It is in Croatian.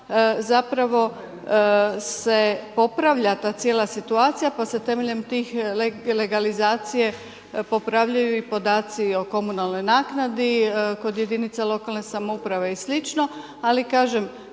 zapravo se popravlja ta cijela situacija, pa se temeljem tih legalizacije popravljaju i podaci o komunalnoj naknadi kod jedinica lokalne samouprave i slično. Ali kažem,